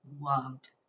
loved